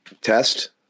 Test